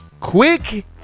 Quick